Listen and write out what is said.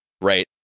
right